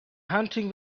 hunting